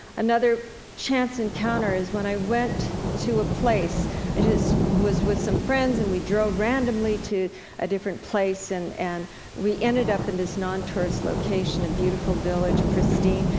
another chance encounter is when i went to a place i just was with some friends, and we drove randomly to a different place, and and we ended up in this non-tourist location, a beautiful village, pristine.